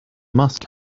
must